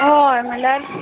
हय म्हणल्यार